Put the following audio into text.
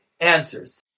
answers